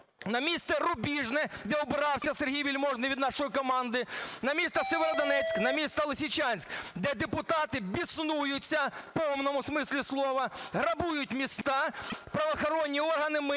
на місто Рубіжне, де обирався Сергій Вельможний від нашої команди, на місто Сєвєродонецьк, на місто Лисичанськ, де депутати біснуються, в повному смислі слова, грабують міста, правоохоронні органи